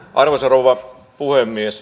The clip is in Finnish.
arvoisa rouva puhemies